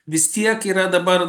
vis tiek yra dabar